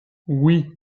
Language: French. oui